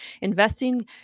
investing